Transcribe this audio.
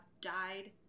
died